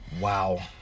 wow